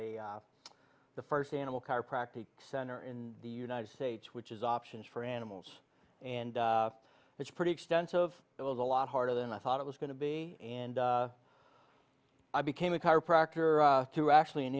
a the first animal car practice center in the united states which is options for animals and it's pretty extensive it was a lot harder than i thought it was going to be and i became a chiropractor to actually an